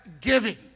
giving